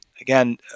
again